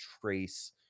trace